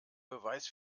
beweis